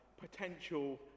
potential